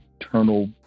internal